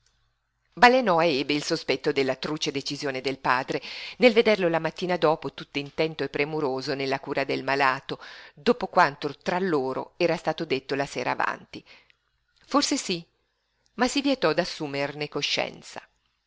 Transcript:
ebe il sospetto della truce decisione del padre nel vederlo la mattina dopo tutt'intento e premuroso nella cura del malato dopo quanto tra loro era stato detto la sera avanti forse sí ma si vietò d'assumerne coscienza